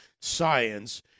science